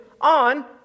on